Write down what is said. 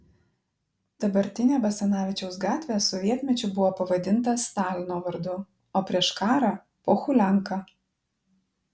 dabartinė basanavičiaus gatvė sovietmečiu buvo pavadinta stalino vardu o prieš karą pohulianka